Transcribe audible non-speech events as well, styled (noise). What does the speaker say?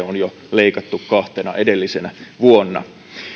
(unintelligible) on jo leikattu kahtena edellisenä vuonna